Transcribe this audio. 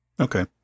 Okay